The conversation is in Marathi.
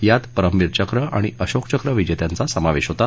यामध्ये परमवीर चक्र आणि अशोकचक्र विजेत्यांचा समावेश होता